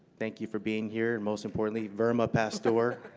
thank you for being here and most importantly, verma pastor.